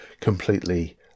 completely